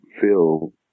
feel